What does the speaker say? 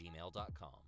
gmail.com